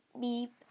beep